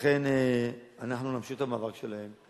לכן נמשיך את המאבק שלהם.